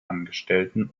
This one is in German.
angestellten